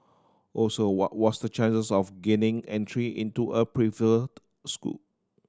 also what was the chances of gaining entry into a preferred school